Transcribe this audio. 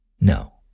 No